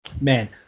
man